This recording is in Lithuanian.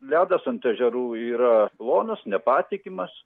ledas ant ežerų yra plonas nepatikimas